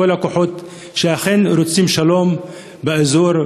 כל הכוחות שאכן רוצים שלום באזור,